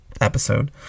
episode